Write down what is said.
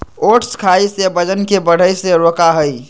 oats खाई से वजन के बढ़े से रोका हई